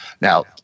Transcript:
Now